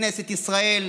בכנסת ישראל.